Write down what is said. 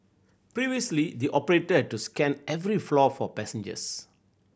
previously the operator had to scan every floor for passengers